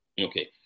Okay